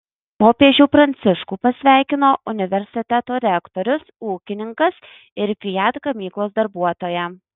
popiežių pranciškų pasveikino universiteto rektorius ūkininkas ir fiat gamyklos darbuotoja